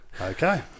Okay